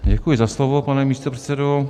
Děkuji za slovo, pane místopředsedo.